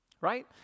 right